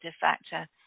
factor